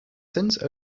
since